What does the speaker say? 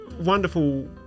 wonderful